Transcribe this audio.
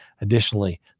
Additionally